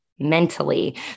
Mentally